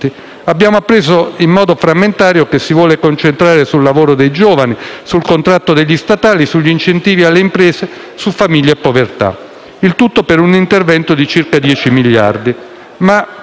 Abbiamo appreso in modo frammentario che ci si vuole concentrare sul lavoro dei giovani, sul contratto degli statali, sugli incentivi alle imprese, su famiglia e povertà, il tutto per un intervento di circa 10 miliardi